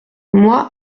moi